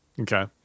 Okay